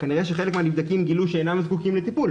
כנראה שחלק מהנבדקים גילו שאינם זקוקים לטיפול,